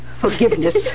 forgiveness